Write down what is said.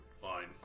Fine